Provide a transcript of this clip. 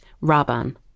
Raban